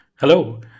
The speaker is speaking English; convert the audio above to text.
hello